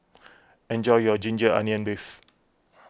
enjoy your Ginger Onions Beef